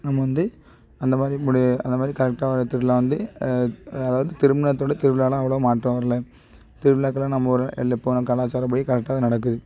நம்ம வந்து அந்த மாதிரி முலி அந்த மாதிரி கரெக்டாக வர திருவிழா வந்து அதாவது திருமணத்தை விட திருவிழா எல்லாம் அவ்வளோ மாற்றம் இல்லை திருவிழாக்கு எல்லாம் நம்ம ஒரு எள்ளி போன கலாச்சாரப்படி கரெக்டாக தான் நடக்குது